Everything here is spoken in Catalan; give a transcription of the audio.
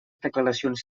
declaracions